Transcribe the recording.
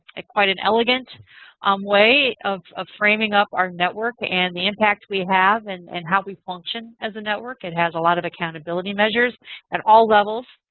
quite an elegant um way of of framing up our network and the impact we have and and how we function as a network. it has a lot of accountability measures at all levels.